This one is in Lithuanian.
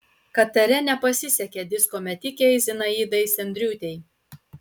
katare nepasisekė disko metikei zinaidai sendriūtei